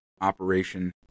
operation